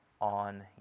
on